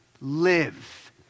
live